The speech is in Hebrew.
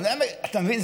אתה מבין?